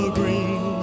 green